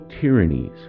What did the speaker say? tyrannies